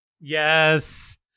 Yes